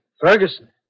Ferguson